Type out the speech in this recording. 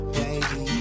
baby